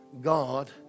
God